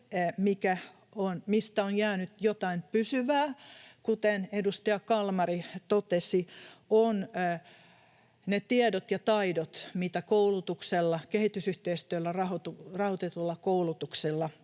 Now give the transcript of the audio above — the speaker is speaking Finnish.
mistä on jäänyt jotain pysyvää, kuten edustaja Kalmari totesi, ovat ne tiedot ja taidot, mitä kehitysyhteistyöllä rahoitetulla koulutuksella